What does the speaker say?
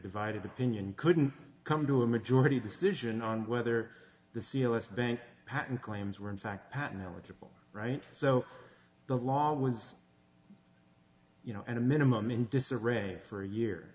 divided opinion couldn't come to a majority decision on whether the c l s bank patent claims were in fact pattern eligible right so the law was you know at a minimum in disarray for a year